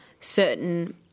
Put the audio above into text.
certain